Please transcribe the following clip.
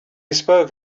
spoke